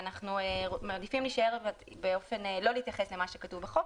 ופה אנחנו מעדיפים לא להתייחס למה שכתוב בחוק,